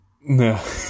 No